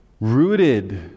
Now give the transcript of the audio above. rooted